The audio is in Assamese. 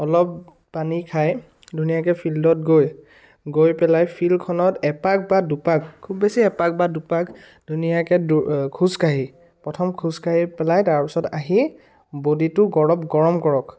অলপ পানী খাই ধুনীয়াকৈ ফিল্ডত গৈ গৈ পেলাই ফিল্ডখনত এপাক বা দুপাক খুব বেছি এপাক বা দুপাক ধুনীয়াকৈ খোজ কাঢ়ি প্ৰথম খোজ কাঢ়ি পেলাই তাৰপিছত আহি বডীটো অলপ গৰম কৰক